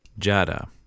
Jada